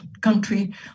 country